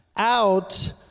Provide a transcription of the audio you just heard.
out